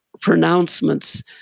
pronouncements